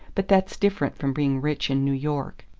but that's different from being rich in new york.